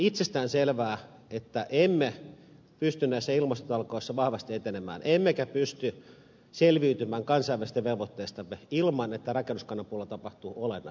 on itsestäänselvää että emme pysty näissä ilmastotalkoissa vahvasti etenemään emmekä pysty selviytymään kansainvälisistä velvoitteistamme ilman että rakennuskannan puolella tapahtuu olennaista paranemista